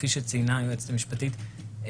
כפי שציינה היועצת המשפטית,